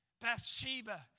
Bathsheba